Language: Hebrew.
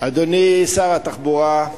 אדוני שר התחבורה,